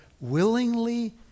willingly